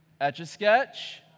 Etch-a-Sketch